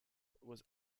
was